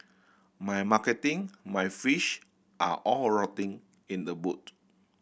my marketing my fish are all rotting in the boot